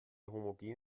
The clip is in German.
homogene